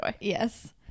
Yes